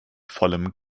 vollem